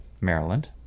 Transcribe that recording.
Maryland